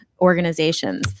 organizations